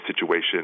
situation